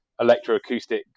electroacoustic